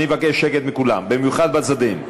אני מבקש שקט מכולם, במיוחד בצדדים.